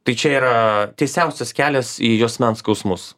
tai čia yra tiesiausias kelias į juosmens skausmus